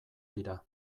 dira